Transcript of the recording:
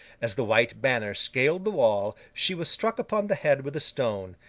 as the white banner scaled the wall, she was struck upon the head with a stone,